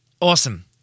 awesome